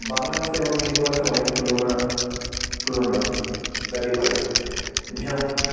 বাংলা ভাষা এবং হিন্দি ভাষা অনেক তুলনা তুলনা বা ডিফারেন্ট যেমন